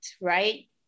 right